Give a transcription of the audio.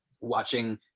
Watching